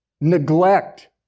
neglect